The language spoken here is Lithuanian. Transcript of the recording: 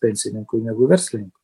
pensininkui negu verslininkui